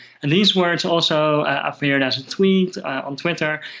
and these words also appeared as a tweet on twitter,